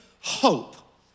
hope